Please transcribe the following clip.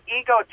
ego